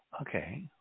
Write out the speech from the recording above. okay